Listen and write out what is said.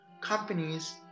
companies